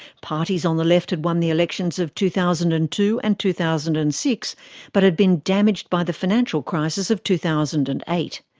parties on the left had won the elections of two thousand and two and two thousand and six but had been damaged by the financial crisis of two thousand and eight.